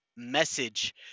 message